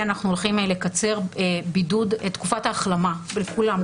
אנחנו הולכים לקצר את תקופת ההחלמה לכולם,